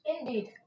Indeed